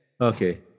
Okay